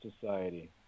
society